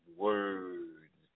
words